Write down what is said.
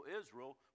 israel